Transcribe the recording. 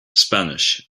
spanish